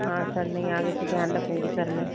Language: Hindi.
हाँ सर नहीं आगे से ध्यान रखूंगी सर मैं